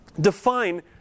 define